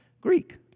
Greek